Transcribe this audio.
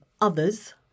Others